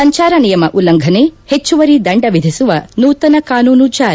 ಸಂಚಾರ ನಿಯಮ ಉಲ್ಲಂಘನೆ ಹೆಚ್ಚುವರಿ ದಂಡ ವಿಧಿಸುವ ನೂತನ ಕಾನೂನು ಜಾರಿ